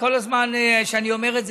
כל הזמן שאני אומר את זה,